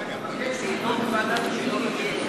אני רק מבקש שזה יידון בוועדת הפנים כי,